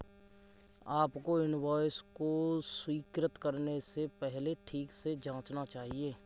आपको इनवॉइस को स्वीकृत करने से पहले ठीक से जांचना चाहिए